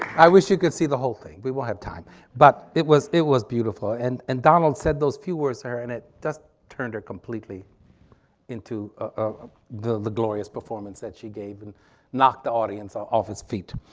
i wish you could see the whole thing we will have time but it was it was beautiful and and donald said those few words her and it just turned her completely into ah the the glorious performance that she gave and knocked the audience are off its feet.